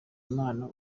impamo